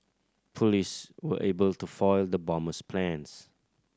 police were able to foil the bomber's plans